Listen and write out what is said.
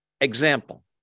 Example